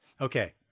Okay